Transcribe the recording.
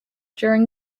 during